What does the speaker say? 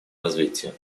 развития